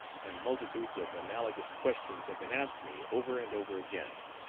and multitudes of analogous questions have been asked me over and over again.